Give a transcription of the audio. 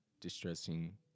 distressing